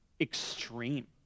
extreme